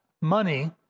money